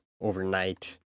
overnight